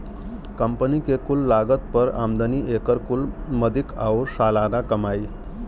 company के कुल लागत पर आमदनी, एकर कुल मदिक आउर सालाना कमाई